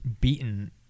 beaten